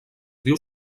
diu